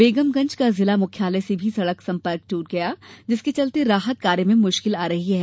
बेगमगंज का जिला मुख्यालय से भी सड़क सम्पर्क टूट गया जिसके चलते राहत कार्य में मुश्किल आ रही हैं